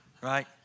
right